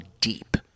deep